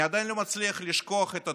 אני עדיין לא מצליח לשכוח את התמונה: